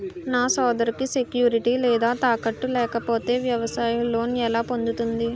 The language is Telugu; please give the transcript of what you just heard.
నా సోదరికి సెక్యూరిటీ లేదా తాకట్టు లేకపోతే వ్యవసాయ లోన్ ఎలా పొందుతుంది?